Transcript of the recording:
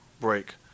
break